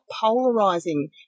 polarizing